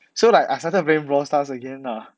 so like I started playing brawl star again lah